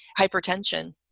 hypertension